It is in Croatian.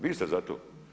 Vi ste za to.